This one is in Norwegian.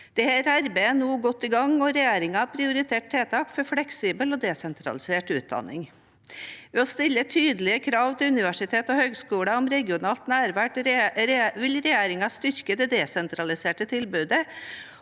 Dette arbeidet er nå godt i gang, og regjeringen har prioritert tiltak for fleksibel og desentralisert utdanning. Ved å stille tydelige krav til universiteter og høyskoler om regionalt nærvær vil regjeringen styrke det desentraliserte tilbudet